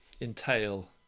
entail